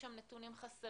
יש שם נתונים חסרים,